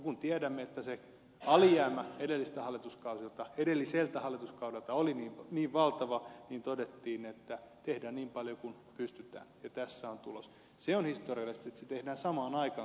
kun tiedämme että se alijäämä edelliseltä hallituskaudelta oli niin valtava niin todettiin että tehdään niin paljon kuin pystytään ja tässä on tulos